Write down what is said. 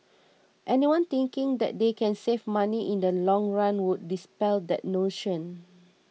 anyone thinking that they can save money in the long run would dispel that notion